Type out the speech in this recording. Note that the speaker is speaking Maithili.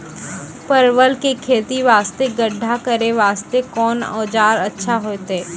परवल के खेती वास्ते गड्ढा करे वास्ते कोंन औजार अच्छा होइतै?